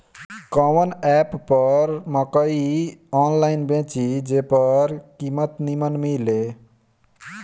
कवन एप पर मकई आनलाइन बेची जे पर कीमत नीमन मिले?